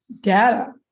data